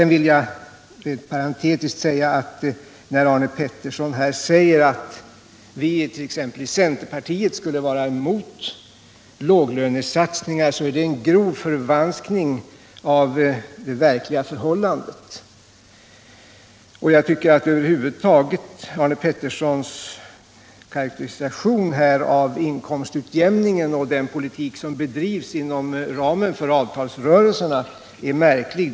När Arne Pettersson säger att t.ex. vi i centerpartiet skulle vara emot låglönesatsningar vill jag parentetiskt framhålla att detta är en grov förvanskning av det verkliga förhållandet. Jag tycker över huvud taget att Arne Petterssons karakteristik av inkomstutjämningen och av den politik som bedrivs inom ramen för avtalsrörelserna är märklig.